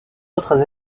autres